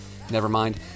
Nevermind